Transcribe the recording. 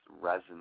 Resonate